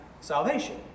salvation